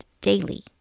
daily